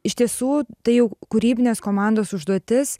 iš tiesų tai jau kūrybinės komandos užduotis